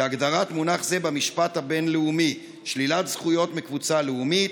כהגדרת מוכח זה במשפט הבין-לאומי: שלילת זכויות מקבוצה לאומית,